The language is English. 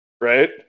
right